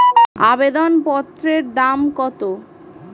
আবেদন পত্রের দাম কত?